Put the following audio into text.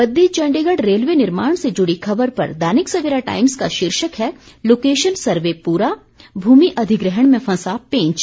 Baddi Chandigarh railway निर्माण से जुड़ी खबर पर दैनिक सवेरा टाइम्स का शीर्षक है लोकेशन सर्वे पूरा भूमि अधिग्रहण में फंसा पेंच